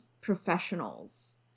professionals